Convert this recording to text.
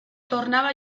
tornaba